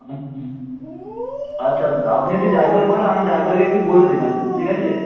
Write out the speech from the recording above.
আচ্ছা আপনি যদি ড্রাইভার পাঠান ড্রাইভারকে একটু বলে দেবেন ঠিক আছে